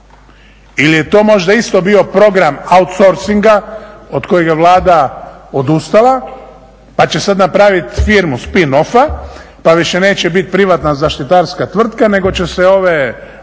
Ili je to možda isto bio program outsourcinga od kojeg je Vlada odustala pa će sada napraviti firmu Spin offa pa više neće biti privatna zaštitarska tvrtka nego će se ove